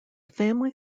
family